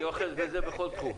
אני אוחז בזה בכל תחום.